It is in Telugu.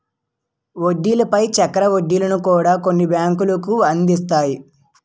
వడ్డీల పై చక్ర వడ్డీలను కూడా కొన్ని బ్యాంకులు అందిస్తాయి